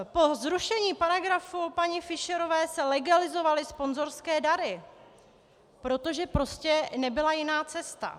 Po zrušení paragrafu paní Fischerové se legalizovaly sponzorské dary, protože prostě nebyla jiná cesta.